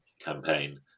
campaign